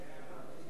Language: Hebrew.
השר ביקש,